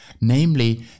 namely